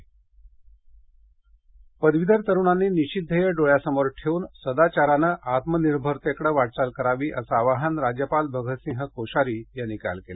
राज्यपाल पणे पदवीधर तरुणांनी निश्चित ध्येय डोळ्यासमोर ठेवून सादाचाराने आत्मनिर्भरतेकडे वाटचाल करावी असं आवाहन राज्यपाल भगतसिंह कोश्यारी यांनी काल केले